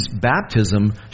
baptism